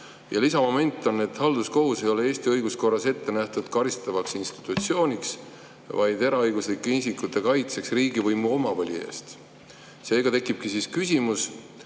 Ja lisamoment on, et halduskohus ei ole Eesti õiguskorras mõeldud karistavaks institutsiooniks, vaid eraõiguslike isikute kaitseks riigivõimu omavoli eest. Seega tekib küsimus,